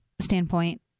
standpoint